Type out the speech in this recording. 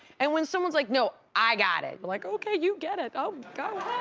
and when someone's like, no, i got it. but like, okay, you get it, i'll go.